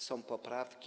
Są poprawki.